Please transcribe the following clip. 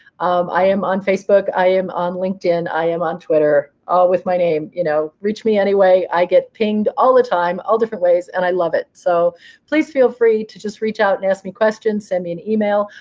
um i am on facebook. i am on linkedin. i am on twitter, all with my name. you know reach me anyway. i get pinged all the time, all different ways, and i love it. so please feel free to just reach out and ask me questions, send me an email.